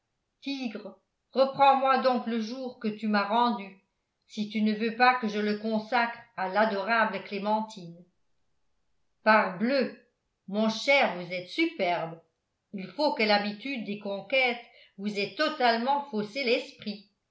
tigre reprends moi donc le jour que tu m'as rendu si tu ne veux pas que je le consacre à l'adorable clémentine parbleu mon cher vous êtes superbe il faut que l'habitude des conquêtes vous ait totalement faussé l'esprit